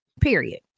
period